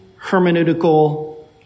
hermeneutical